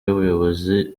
y’ubuyobozi